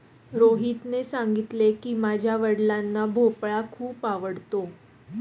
रोहितने सांगितले की, माझ्या वडिलांना भोपळा खूप आवडतो